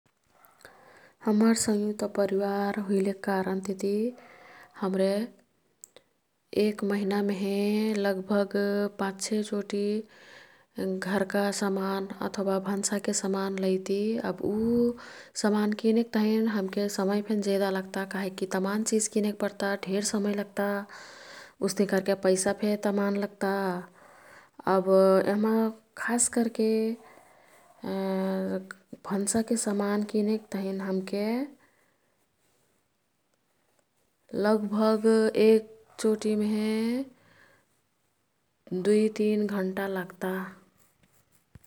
हम्मर सयुंक्त परिवार हुइलेक कारनति हम्रे एक महिनामे लगभग पाँच छे चोटी घरका समान अथवा भन्साके समान लैती । समान किनेक तहिन हमके समय फेक जेदा लग्ता । काहिकी तमान चिझ किनेक पर्ता ढेर समय लग्ता । उस्ते करके पैसा फेक तमान लग्ता । अब यहमा खास करके भान्साके समान किनेक तहीन हमके लगभग एक चोटी मेहे दुई तिन घण्टा लग्ता ।